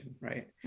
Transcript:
right